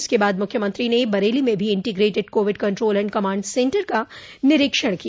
इसके बाद मुख्यमंत्री ने बरेली में भी integrated covid control and command centre का निरीक्षण किया